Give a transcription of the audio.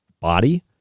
body